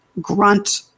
grunt